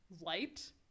light